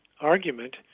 argument